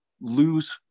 lose